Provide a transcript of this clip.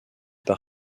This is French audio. par